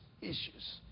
issues